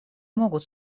могут